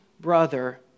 brother